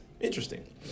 Interesting